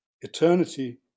eternity